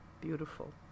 beautiful